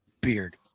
beard